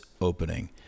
opening